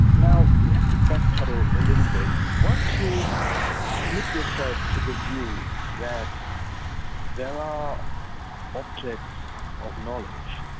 now we have to back-pedal a little bit. once you commit yourself to the view that there are objects of knowledge,